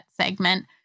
segment